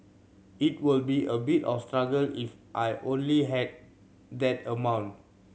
it will be a bit of a struggle if I only have that amount